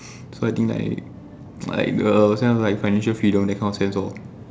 so i think like like the ourselves like financial freedom that kind of sense lor